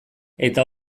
eta